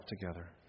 together